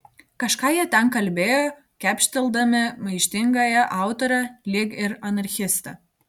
kažką jie ten kalbėjo kepšteldami maištingąją autorę lyg ir anarchistę